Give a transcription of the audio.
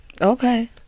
Okay